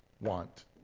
want